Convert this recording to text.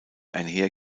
einher